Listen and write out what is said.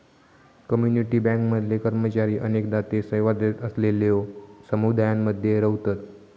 community bank मधले कर्मचारी अनेकदा ते सेवा देत असलेलल्यो समुदायांमध्ये रव्हतत